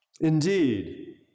Indeed